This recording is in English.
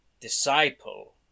disciple